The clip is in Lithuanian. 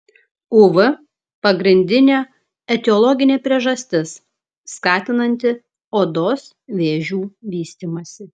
uv pagrindinė etiologinė priežastis skatinanti odos vėžių vystymąsi